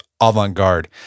avant-garde